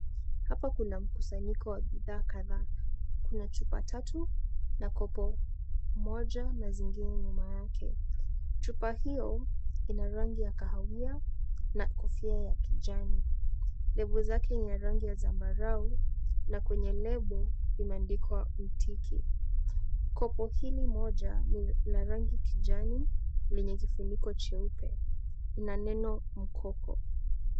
Hapa kuna mkusanyiko wa bidhaa kadhaa kuna chupa tatu na kopo moja na zingine nyuma yake, chupa hiyo ina rangi ya kahawia na kofia ya kijani label zake ni ya rangi ya zambarau, na kwenye label imeandika utiki, kopo hili moja ni la rangi kijani lenye kifuniko cheupe ina neno mkopo.